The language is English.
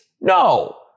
No